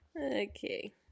Okay